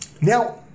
Now